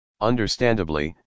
Understandably